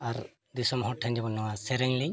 ᱟᱨ ᱫᱤᱥᱚᱢ ᱦᱚᱲ ᱴᱷᱮᱱ ᱡᱮᱢᱚᱱ ᱱᱚᱣᱟ ᱥᱮᱨᱮᱧ ᱞᱤᱧ